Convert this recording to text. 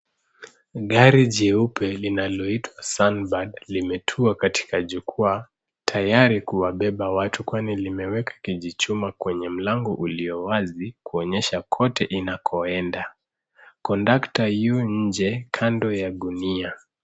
Gari jeupe linaloitwa Sunbird, limetua katika jukwaa tayari kuwabeba watu, kwani limewekwa kijichuma kwenye mlango uliowazi, kuonyesha kote inakoenda. Kondakta yu nje kando ya gunia.